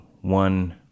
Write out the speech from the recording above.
one